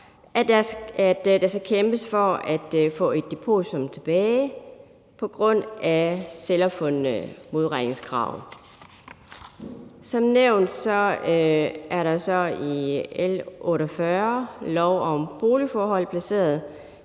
at der skal kæmpes for at få et depositum tilbage på grund af selvopfundne modregningskrav. Som nævnt er der i L 48, lov om boligforhold, placeret